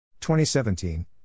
2017